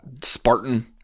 Spartan